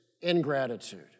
ingratitude